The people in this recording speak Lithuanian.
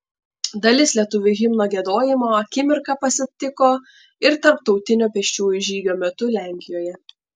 dalis lietuvių himno giedojimo akimirką pasitiko ir tarptautinio pėsčiųjų žygio metu lenkijoje